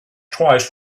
twice